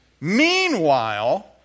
Meanwhile